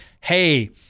hey